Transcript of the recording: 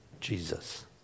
Jesus